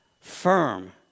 Firm